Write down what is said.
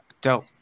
Dope